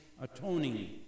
atoning